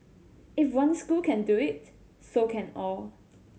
if one school can do it so can all